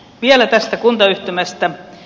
vielä tästä kuntayhtymästä